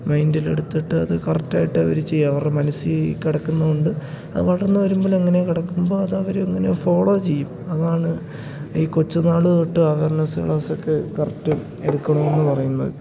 മൈൻഡിലെടുത്തിട്ട് അത് കറക്റ്റായിട്ട് അവര് ചെയ്യും അവരുടെ മനസ്സില് കിടക്കുന്നതുകൊണ്ട് അത് വളർന്നുവരുമ്പോള് അങ്ങനെ കിടക്കുമ്പോള് അതവരങ്ങനെ ഫോളോ ചെയ്യും അതാണ് ഈ കൊച്ചുന്നാള് തൊട്ട് അവേർനസ് ക്ലാസൊക്കെ കറക്റ്റ് എടുക്കണമെന്ന് പറയുന്നത്